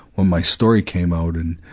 when my story came out and,